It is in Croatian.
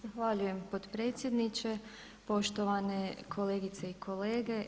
Zahvaljujem potpredsjedniče, poštovane kolegice i kolege.